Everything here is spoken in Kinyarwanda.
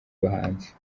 bahanzi